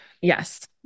Yes